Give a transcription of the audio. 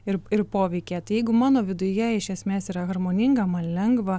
ir ir poveikyje jeigu mano viduje iš esmės yra harmoninga man lengva